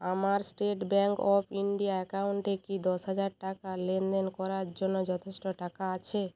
আমার state bank of India অ্যাকাউন্টে কি দশ হাজার টাকা লেনদেন করার জন্য যথেষ্ট টাকা আছে